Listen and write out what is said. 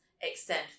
extend